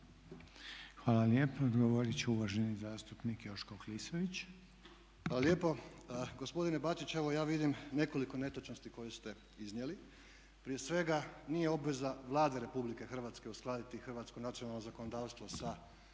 Hvala lijepa. Odgovorit će uvaženi zastupnik Joško Klisović. **Klisović, Joško (SDP)** Hvala lijepo. Gospodine Bačić evo ja vidim nekoliko netočnosti koje ste iznijeli. Prije svega nije obveza Vlade RH uskladiti hrvatsko nacionalno zakonodavstvo sa europskom